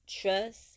trust